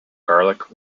garlic